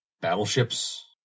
Battleships